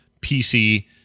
PC